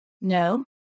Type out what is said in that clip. No